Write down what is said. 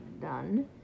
done